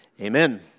amen